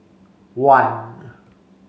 one